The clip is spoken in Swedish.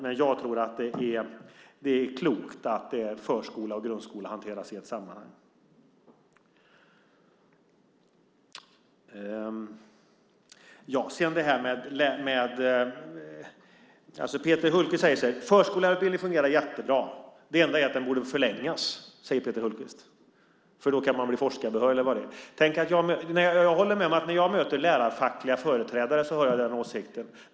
Men jag tror att det är klokt att förskolan och grundskolan hanteras i ett sammanhang. Peter Hultqvist säger att förskolelärarutbildningen fungerar jättebra. Det enda är att den borde förlängas, säger han, för då kan man få forskarbehörighet och annat. När jag möter lärarfackens företrädare får jag höra den åsikten.